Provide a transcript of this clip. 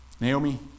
Naomi